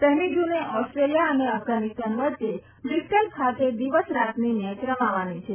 પહેલી જૂને ઓસ્ટ્રેલિયા અને અફઘાનિસ્તાન વચ્ચે બ્રિસ્ટલ ખાતે દિવસ રાતની મેચ રમાવાની છે